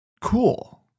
cool